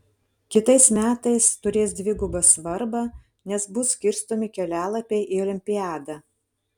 kitais metais turės dvigubą svarbą nes bus skirstomi kelialapiai į olimpiadą